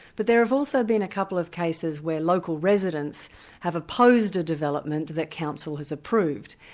but there have also been a couple of cases where local residents have opposed a development that council has approved,